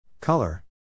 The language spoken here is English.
Color